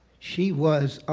she was